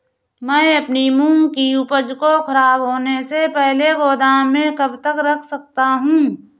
मैं अपनी मूंग की उपज को ख़राब होने से पहले गोदाम में कब तक रख सकता हूँ?